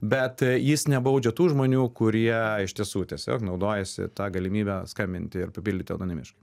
bet jis nebaudžia tų žmonių kurie iš tiesų tiesiog naudojasi ta galimybe skambinti ir papildyti anonimiš